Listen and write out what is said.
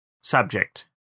subject